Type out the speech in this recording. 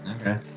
okay